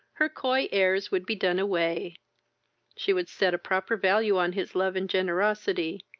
her coy airs would be done away she would set a proper value on his love and generosity,